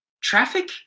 traffic